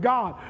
God